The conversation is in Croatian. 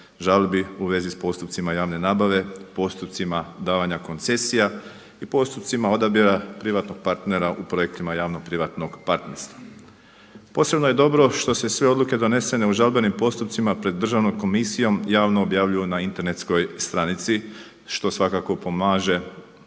žalbi u vezi s postupcima javne nabave, postupcima davanja koncesija i postupcima odabira privatnog partnera u projektima javno-privatnog partnerstva. Posebno je dobro što se sve odluke donesene u žalbenim postupcima pred Državnom komisijom javno objavljuju na internetskoj stranici što svakako pomaže